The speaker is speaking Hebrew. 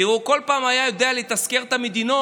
כי הוא כל פעם היה יודע להזכיר את המדינות,